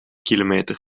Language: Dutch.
kilometer